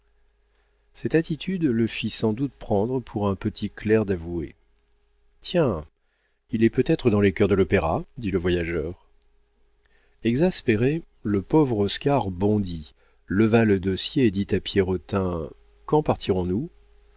cette attitude le fit sans doute prendre pour un petit clerc d'avoué tiens il est peut-être dans les chœurs de l'opéra dit le voyageur exaspéré le pauvre oscar bondit leva le dossier et dit à pierrotin quand partirons nous